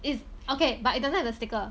is okay but it doesn't have the sticker